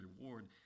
reward